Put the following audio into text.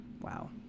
Wow